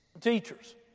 teachers